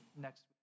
next